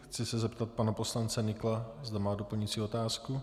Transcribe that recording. Chci se zeptat pana poslance Nykla, zda má doplňující otázku.